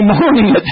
morning